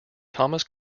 thomas